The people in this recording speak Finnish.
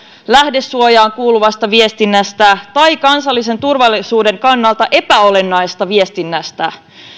lähdesuojaan kuuluvasta viestinnästä tai kansallisen turvallisuuden kannalta epäolennaisesta viestinnästä